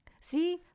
See